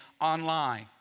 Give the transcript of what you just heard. online